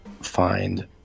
find